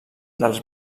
dels